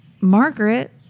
Margaret